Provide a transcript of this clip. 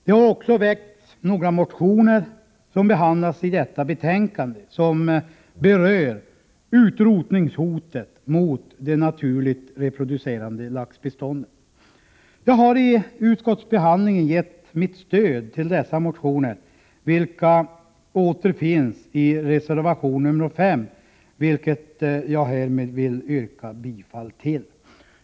Det har också väckts några motioner som berör utrotningshotet mot de naturligt reproducerande laxbestånden, och de motionerna behandlas i detta betänkande. Jag har i utskottsbehandlingen gett dessa motioner mitt stöd i reservation nr 5, som jag härmed vill yrka bifall till.